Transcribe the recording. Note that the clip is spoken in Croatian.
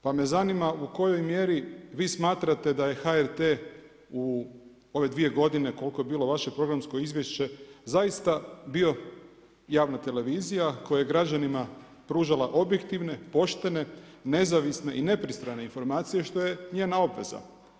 Pa me zanima, u kojoj mjeri, vi smatrate da je HRT u ove 2 g. koliko je bilo vaše programsko izvješće zaista bio javna televizija, koja je građanima pružala, objektivne, poštene, nezavisne i nepristane informacije, što je njena obveza.